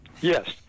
Yes